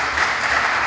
Hvala.